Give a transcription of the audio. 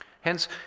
Hence